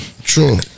True